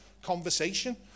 Conversation